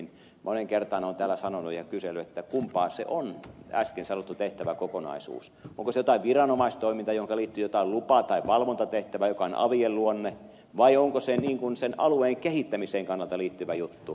moneen kertaan olen täällä kysellyt kumpaa on äsken sanottu tehtäväkokonaisuus onko se jotain viranomaistoimintaa johonka liittyy jotain lupa tai valvontatehtävää mikä on aveille luonteenomaista vai onko se niin kuin sen alueen kehittämiseen liittyvä juttu